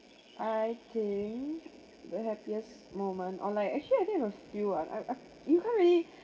I think the happiest moment or like actually I think a few ah I I you can't really